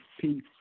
Peace